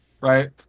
right